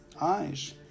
eyes